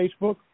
Facebook